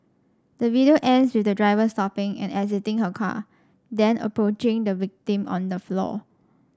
the video ends with the driver stopping and exiting her car then approaching the victim on the floor